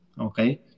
Okay